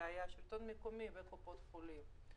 זה היה השלטון המקומי וקופות החולים.